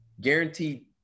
guaranteed